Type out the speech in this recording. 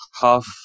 half